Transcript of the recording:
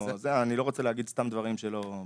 אני לא רוצה להגיד סתם דברים שאני לא יודע.